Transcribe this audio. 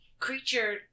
creature